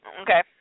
Okay